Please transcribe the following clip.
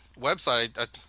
website